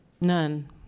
None